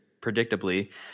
predictably